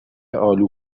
آلو